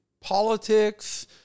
politics